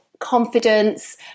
confidence